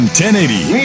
1080